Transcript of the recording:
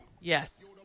Yes